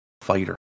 fighter